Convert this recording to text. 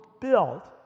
built